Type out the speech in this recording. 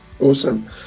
awesome